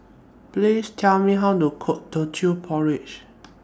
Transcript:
Please Tell Me How to Cook Teochew Porridge